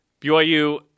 BYU